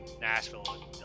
Nashville